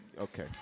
okay